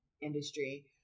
industry